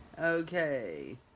Okay